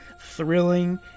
thrilling